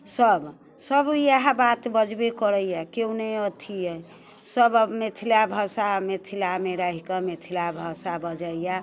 सब सब इएह बात बजबे करैय केओ नहि अथी अइ सब मिथिला भाषा मिथिलामे रहिकऽ मिथिला भाषा बजैय